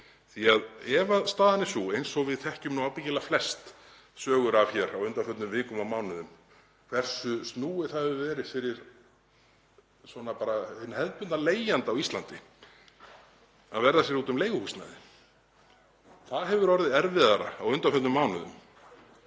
neyð. Ef staðan er sú, eins og við þekkjum nú ábyggilega flest sögur af hér á undanförnum vikum og mánuðum, hversu snúið það hefur verið fyrir hinn hefðbundna leigjanda á Íslandi að verða sér úti um leiguhúsnæði — það hefur orðið erfiðara á undanförnum mánuðum.